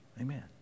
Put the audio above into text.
amen